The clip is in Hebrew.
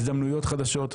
הזדמנויות חדשות,